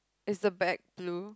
is the bag blue